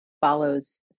follows